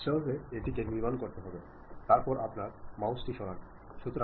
ഈ ആശയം സ്വീകരിക്കുന്നത് സ്വീകർത്താവ് ആയിരിക്കാം